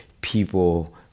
people